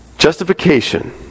Justification